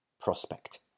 prospect